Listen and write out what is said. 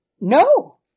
No